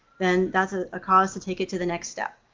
then that's a ah cause to take it to the next step.